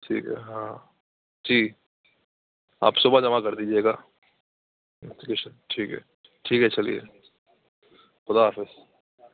ٹھیک ہے ہاں جی آپ صبح جمع کر دیجیے گا ایپلیکیشن ٹھیک ہے ٹھیک ہے چلیے خدا حافظ